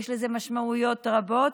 יש לזה משמעויות רבות.